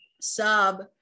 sub